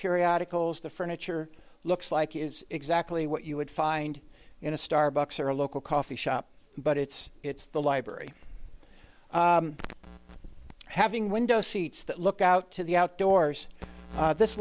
periodicals the furniture looks like it's exactly what you would find in a starbucks or a local coffee shop but it's it's the library having window seats that look out to the outdoors this